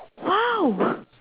!wow!